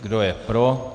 Kdo je pro?